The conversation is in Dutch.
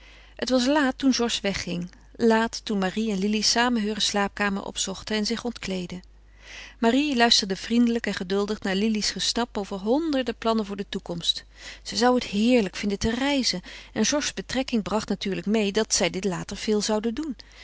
het was laat toen georges wegging laat toen marie en lili samen heure slaapkamer opzochten en zich ontkleedden marie luisterde vriendelijk en geduldig naar lili's gesnap over honderden plannen voor de toekomst zij zou het heerlijk vinden te reizen en georges betrekking bracht natuurlijk meê dat zij dit later veel zouden doen